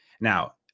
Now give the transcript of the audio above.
Now